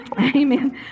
Amen